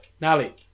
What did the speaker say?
Nally